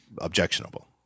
objectionable